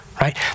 right